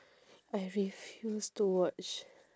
I refuse to watch